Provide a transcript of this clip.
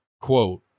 quote